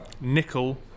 nickel